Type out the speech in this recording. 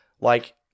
Like-